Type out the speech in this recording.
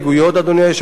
אדוני היושב-ראש,